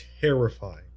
terrifying